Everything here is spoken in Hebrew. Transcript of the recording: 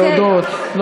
להודות.